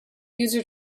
user